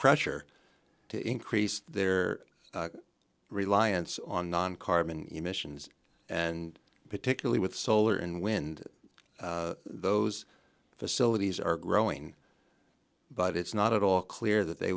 pressure to increase their reliance on non carbon emissions and particularly with solar and wind those facilities are growing but it's not at all clear th